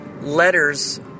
letters